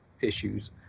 issues